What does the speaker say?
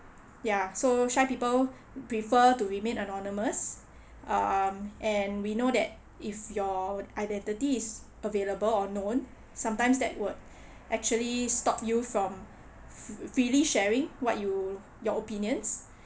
ya so shy people prefer to remain anonymous um and we know that if your identity is available or known sometimes that would actually stop you from f~ freely sharing what you your opinions